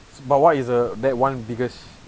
but why is a that one biggest